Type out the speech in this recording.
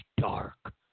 Dark